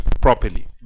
properly